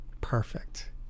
Perfect